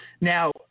Now